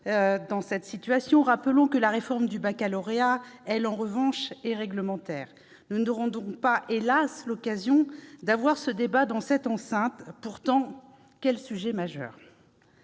de la situation, rappelons que la réforme du baccalauréat est, elle, d'ordre réglementaire. Nous n'aurons donc pas- hélas ! -l'occasion d'en débattre dans cette enceinte. Pourtant, quel sujet majeur !